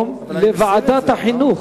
ואם היא תבקש, הצעה לסדר-היום, לוועדת החינוך.